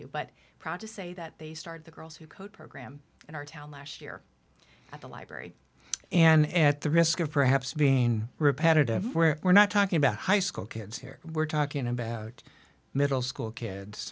you but proud to say that they started the girls who code program in our town last year at the library and at the risk of perhaps being repetitive where we're not talking about high school kids here we're talking about middle school kids